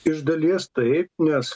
iš dalies taip nes